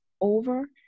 over